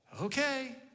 okay